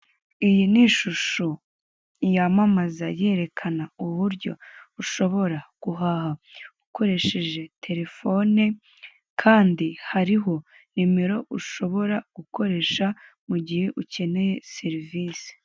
Iyi ni shusho yamamaza yerekana uburyo ushobora guhaha ukoresheje telefone kandi hariho nimero ushobora gukoresha mu gihe ukeneye serivise.